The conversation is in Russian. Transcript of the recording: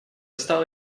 стало